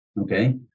Okay